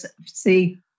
see